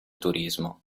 turismo